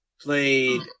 played